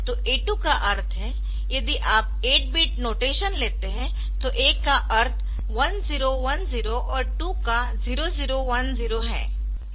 तो A 2 का अर्थ है यदि आप 8 बिट नोटेशन लेते हैतो A का अर्थ 1010 और 2 का 0010 है